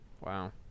Wow